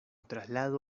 traslado